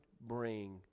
bring